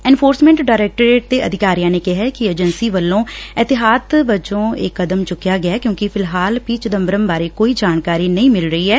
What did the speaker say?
enforcement directorate ਦੇ ਅਧਿਕਾਰੀਆਂ ਨੇ ਕਿਹੈ ਕਿ ਏਜੰਸੀ ਵਲੋ ਅਹਤਿਆਤ ਅਜੋ ਚੁੱਕਿਆ ਕਦਮ ਐ ਕਿਉਕਿ ਫਿਲਹਾਲ ਪੀ ਚਿਦੰਬਰਮ ਬਾਰੇ ਕੋਈ ਜਾਣਕਾਰੀ ਨਹੀਂ ਮਿਲ ਰਹੀ ਐ